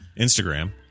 Instagram